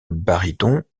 baryton